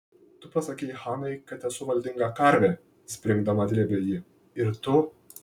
tu pasakei hanai kad esu valdinga karvė springdama drėbė ji ir tu